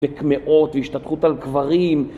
וקמעות, והשתתחות על קברים